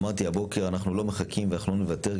אמרתי הבוקר שאנחנו לא מחכים ולא נוותר,